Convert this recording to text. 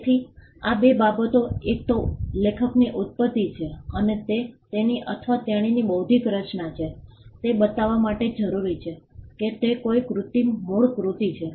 તેથી આ બે બાબતો એક તો લેખકની ઉત્પત્તિ છે અને તે તેની અથવા તેણીની બૌદ્ધિક રચના છે તે બતાવવા માટે જરૂરી છે કે તે કોઈ કૃતિ મૂળ કૃતિ છે